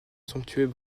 somptueux